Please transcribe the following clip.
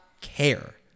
care